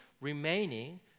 remaining